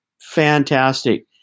fantastic